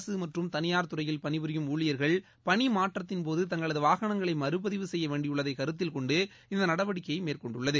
அரசு மற்றும் தனியார் துறையில் பணிபுரியும் ஊழியர்கள் பணிமாற்றத்தின்போது தங்களது வாகனங்களை மறுபதிவு செய்ய வேண்டியுள்ளதை கருத்தில் கொண்டு இந்த நடவடிக்கையை மேற்கொண்டுள்ளது